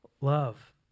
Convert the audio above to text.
love